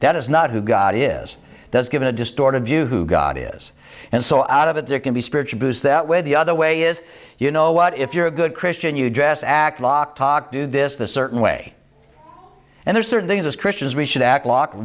that is not who god is does given a distorted view who god is and so out of it there can be spiritual boost that way the other way is you know what if you're a good christian you dress act lock talk do this the certain way and there are certain things as christians we should act lock